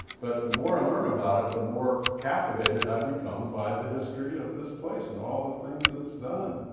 but the more i learn about it, the more captivated i've become by the history of this place and all the things that it's done.